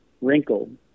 wrinkled